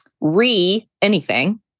re-anything